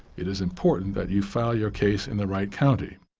it is important that you file your case in the right county.